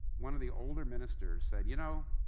one of the older ministers said, you know,